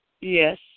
Yes